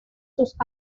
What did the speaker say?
sus